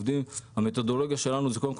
אנחנו עובדים לפי מתודולוגיה שקודם כל